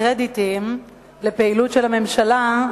קרדיטים לפעילות של הממשלה,